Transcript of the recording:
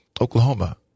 Oklahoma